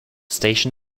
station